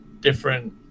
different